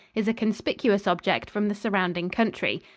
is a conspicuous object from the surrounding country.